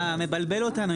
בעד?